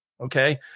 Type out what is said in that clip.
Okay